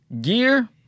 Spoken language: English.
Gear